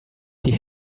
die